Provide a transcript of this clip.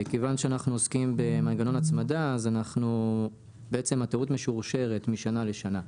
מכיוון שאנחנו עוסקים במנגנון הצמדה הטעות משורשרת משנה לשנה.